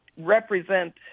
represent